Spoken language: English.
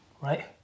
right